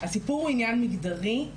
הסיפור הוא עניין מגדרי,